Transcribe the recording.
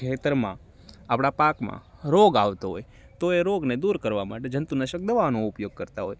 ખેતરમાં આપડા પાકમાં રોગ આવતો હોય તો એ રોગને દૂર કરવા માટે જંતુનાશક દવાઓનો ઉપયોગ કરતાં હોય